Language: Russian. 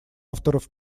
авторов